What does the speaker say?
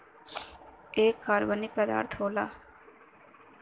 एक कार्बनिक पदार्थ होला